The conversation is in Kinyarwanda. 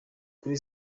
kuri